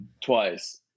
twice